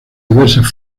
diversas